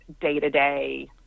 day-to-day